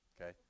okay